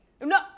No